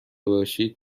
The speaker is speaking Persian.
باشید